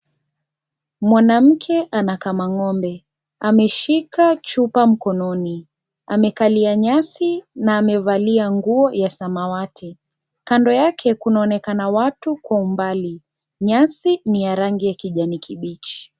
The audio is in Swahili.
Mwanamke anakama ngombe , ameshika chupa mkononi, amekalia nyasi na amevalia nguo ya samawati. Kando yake kunaonekana watu Kwa umbali ,nyasi ni ya rangi ya kijani kibichi.